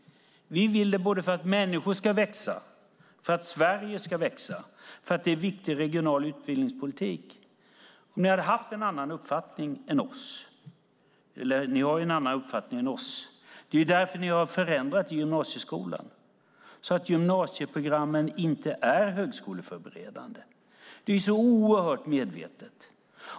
Vi vill det både för att människor ska växa och för att Sverige ska växa eftersom det är en viktig regional utbildningspolitik. Ni har en annan uppfattning än vi. Det är därför ni har förändrat gymnasieskolan så att gymnasieprogrammen inte är högskoleförberedande. Det är oerhört medvetet.